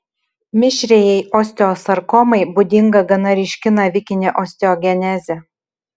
mišriajai osteosarkomai būdinga gana ryški navikinė osteogenezė